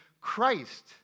Christ